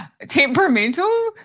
Temperamental